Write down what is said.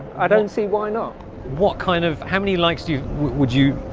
i don't see why not what kind of how many likes do you would you?